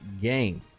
game